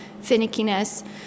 finickiness